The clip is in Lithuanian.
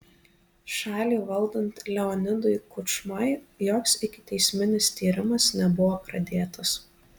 šalį valdant leonidui kučmai joks ikiteisminis tyrimas nebuvo pradėtas